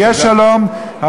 יהיה שלום,